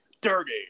dirty